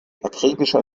akribischer